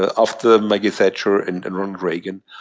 ah after maggie thatcher and and ronald reagan,